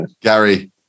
Gary